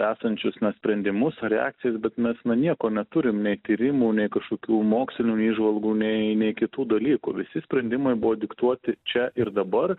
esančius na sprendimus ar reakcijas bet mes na nieko neturim nei tyrimų nei kažkokių mokslinių įžvalgų nei nei kitų dalykų visi sprendimai buvo diktuoti čia ir dabar